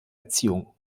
erziehung